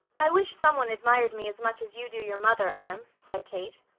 i wish someone admired me as much as you do your mother, adam, said kate.